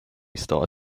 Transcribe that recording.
star